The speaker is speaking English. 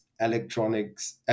electronics